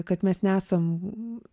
kad mes nesam